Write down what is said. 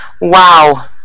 Wow